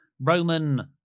Roman